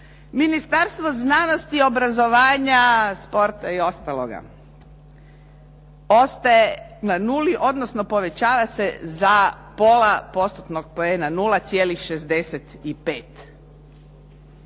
Ministarstvo znanosti, obrazovanja, sporta i ostaloga ostaje na nuli odnosno povećava se za pola postotnog poena 0,65.